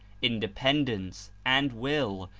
independence and will,